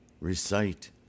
recite